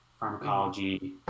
pharmacology